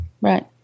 right